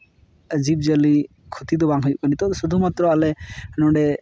ᱡᱤᱵᱽᱼᱡᱤᱭᱟᱹᱞᱤ ᱠᱷᱩᱛᱤ ᱫᱚ ᱵᱟᱝ ᱦᱩᱭᱩᱜ ᱠᱟᱱᱟ ᱛᱚ ᱥᱩᱫᱷᱩᱢᱟᱛᱨᱚ ᱟᱞᱮ ᱱᱚᱰᱮ